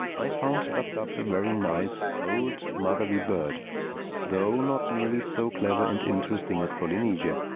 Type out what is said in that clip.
i found dab-dab a very nice, old, motherly bird though not nearly so clever and interesting as polynesia.